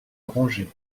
congé